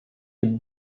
had